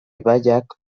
ibaiak